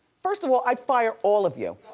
first of all i'd fire all of you.